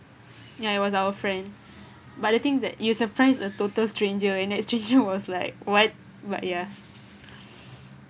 ya it was our friend but the thing that you surprise a total stranger and that stranger was like what what ya